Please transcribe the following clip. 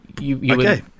Okay